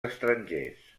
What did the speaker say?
estrangers